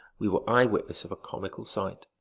we were eye-witness of a comical sight.